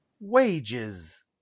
wages